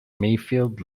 mayfield